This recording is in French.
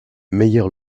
meyer